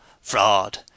Fraud